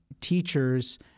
teachers